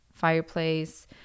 fireplace